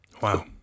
Wow